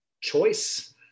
choice